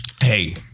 Hey